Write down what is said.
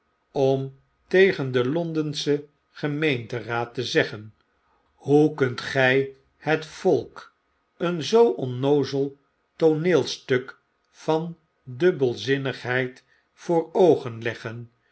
om tot den londenschen gemeenteraad te zeggen hoe kunt gjj het volk een zoo onnoozel tooneel van dubbelzinnigheid voor oogen